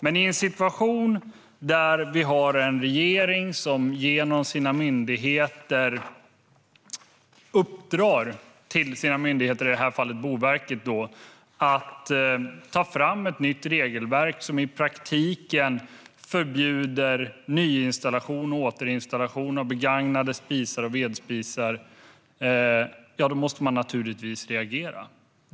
Men när vi har en regering som uppdrar till sina myndigheter, i det här fallet Boverket, att ta fram ett nytt regelverk som i praktiken förbjuder nyinstallation och återinstallation av begagnade spisar och vedspisar måste vi reagera.